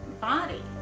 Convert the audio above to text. body